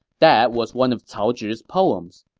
that was one of cao zhi's poems.